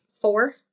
Four